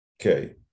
okay